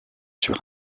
sur